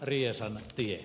se siitä